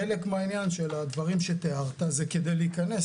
חלק מהעניין של הדברים שתיארת זה כדי להיכנס